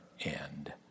end